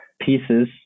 pieces